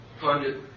funded